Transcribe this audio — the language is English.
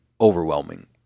overwhelming